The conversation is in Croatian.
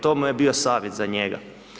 To mu je bio savjet za njega.